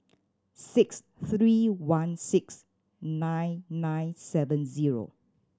six three one six nine nine seven zero